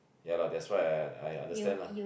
ya lah that's why I I understand lah